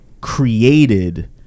created